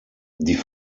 die